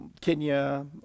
Kenya